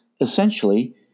essentially